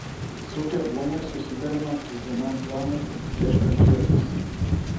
su keblumais susiduriama kiekvienam klanui ieškant vietos